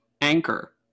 anchor